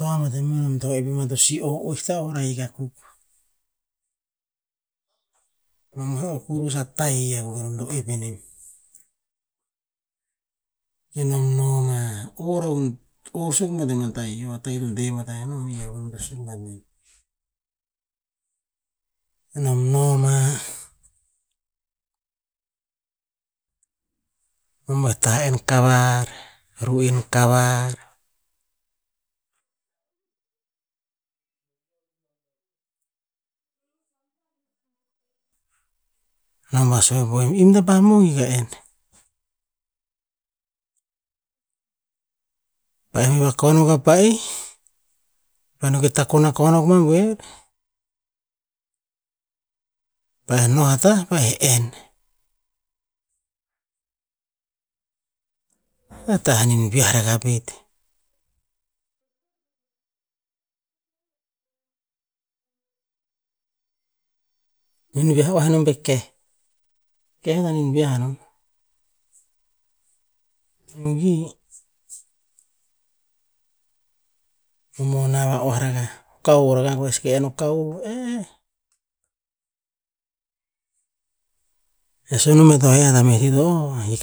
Toa bat eh ma nom to epina si o oeh ta'or ahik akuk, mamoih o kurus a tahi akuk nam to epi nem. Kenom noma, or ro or suk ama tahi, a tahi to deli bat enom, e ih a akor to suk bat nem iah. Enom noma, ama tah enn karar, ru'en kavar, nom pa sue po em, "im ta pah mongi ka enn". Pa'eh ivih vuakuan hi a pahi, pa no ko takon akoan na buer, pahe noh a tah, pahe enn. A tah nihn viah rara pe, nihn viah oah non pe keh, keh na nihn viah nom, mongi momonah va oah rakah, ka'o va raono seke no ko'a ee, eh sue nom ba to heh a meh ti to o ahik